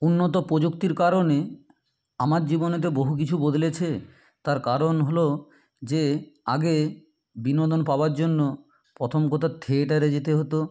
উন্নত প্রযুক্তির কারণে আমার জীবনে তো বহু কিছু বদলেছে তার কারণ হল যে আগে বিনোদন পাওয়ার জন্য প্রথম কথা থিয়েটারে যেতে হতো